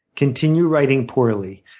continue writing poorly.